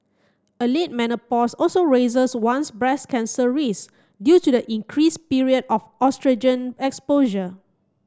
a late menopause also raises one's breast cancer risk due to the increased period of oestrogen exposure